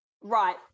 Right